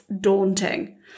daunting